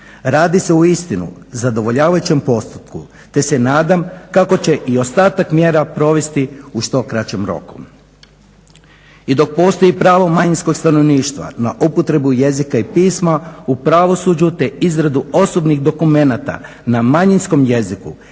Radi se uistinu o zadovoljavajućem postupku te se nadam kako će i ostatak mjera provesti u što kraćem roku. I dok postoji pravo manjinskog stanovništva na upotrebu jezika i pisma u pravosuđu te izrada osobnih dokumenata na manjinskom jeziku